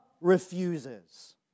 refuses